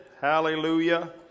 Hallelujah